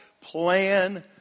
plan